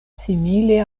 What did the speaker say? simile